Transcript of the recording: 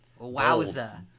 Wowza